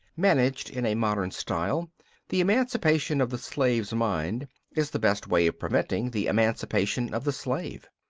managed in a modern style the emancipation of the slave's mind is the best way of preventing the emancipation of the slave.